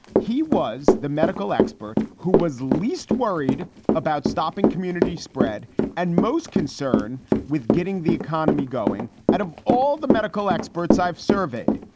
he was the medical expert who was least worried about stopping community spread and most concern with getting the economy going out of all the medical experts i've surveyed.